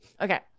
Okay